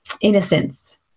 innocence